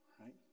Right